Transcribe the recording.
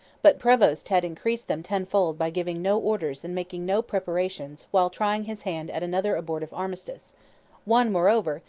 but prevost had increased them tenfold by giving no orders and making no preparations while trying his hand at another abortive armistice one, moreover,